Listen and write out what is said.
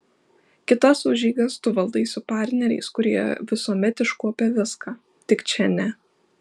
kitas užeigas tu valdai su partneriais kurie visuomet iškuopia viską tik čia ne